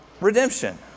redemption